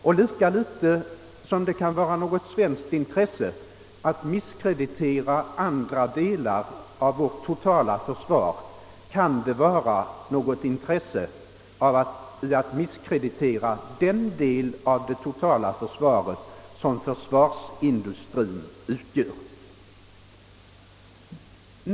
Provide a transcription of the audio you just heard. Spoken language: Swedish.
Och lika litet som det kan vara ett svenskt intresse att misskreditera andra delar av vårt totala försvar kan det vara ett intresse att misskreditera den del av totalförsvaret som försvarsindustrien utgör.